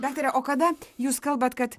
daktare o kada jūs kalbat kad